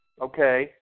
okay